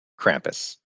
Krampus